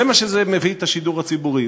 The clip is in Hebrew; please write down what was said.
זה מה שזה מביא את השידור הציבורי.